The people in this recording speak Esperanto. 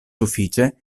sufiĉe